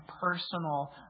personal